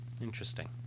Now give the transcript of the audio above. Interesting